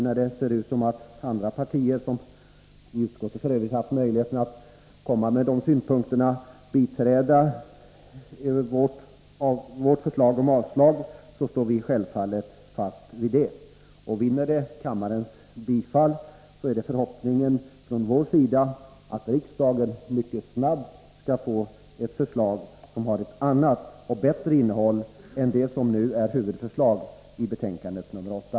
När det nu ser ut som om andra partier — som f. ö. i utskottet har haft möjlighet att anföra de synpunkterna — biträder vårt förslag om avslag, så står vi självfallet fast vid detta. Vinner det kammarens bifall, så är förhoppningen från vår sida att riksdagen mycket snart skall få ett förslag som har ett annat och bättre innehåll än det som nu är huvudförslag i betänkande nr 8.